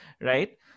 right